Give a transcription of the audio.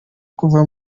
kuva